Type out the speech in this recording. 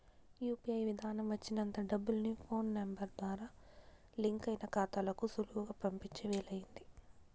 UPI విదానం వచ్చినంత డబ్బుల్ని ఫోన్ నెంబరు ద్వారా లింకయిన కాతాలకు సులువుగా పంపించే వీలయింది